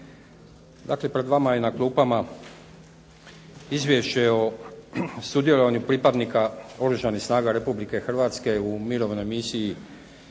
Dakle, pred vama je na klupama Izvješće o sudjelovanju pripadnika Oružanih snaga Republike Hrvatske u Mirovnoj misiji